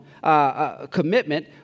Commitment